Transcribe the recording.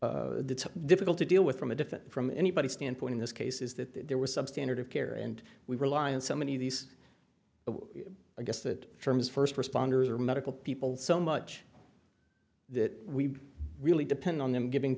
of the difficult to deal with from a different from anybody standpoint in this case is that there was substandard of care and we rely on so many of these i guess that terms first responders are medical people so much that we really depend on them g